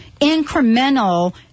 incremental